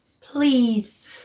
Please